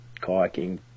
kayaking